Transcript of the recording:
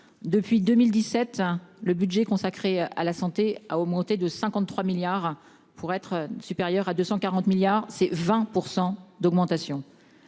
depuis 2017, le budget consacré à la santé a augmenté de 53 milliards pour être supérieur à 240 milliards, c'est 20% d'augmentation.